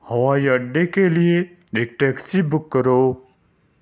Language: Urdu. ہوائی اڈے کے لیے ایک ٹیکسی بک کرو